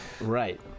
right